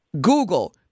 Google